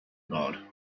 god